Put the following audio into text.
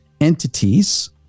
entities